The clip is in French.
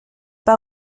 pas